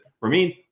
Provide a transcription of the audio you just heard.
Ramin